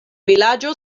vilaĝo